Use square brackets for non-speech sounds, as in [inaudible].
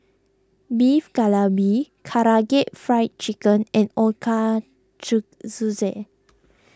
Beef Galbi Karaage Fried Chicken and [unintelligible]